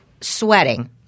sweating